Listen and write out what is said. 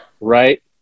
Right